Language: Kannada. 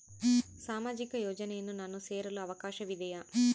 ಸಾಮಾಜಿಕ ಯೋಜನೆಯನ್ನು ನಾನು ಸೇರಲು ಅವಕಾಶವಿದೆಯಾ?